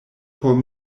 por